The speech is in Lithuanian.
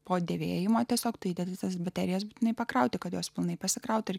po dėvėjimo tiesiog tai tenisas baterijas būtinai pakrauti kad jos pilnai pasikrauti ir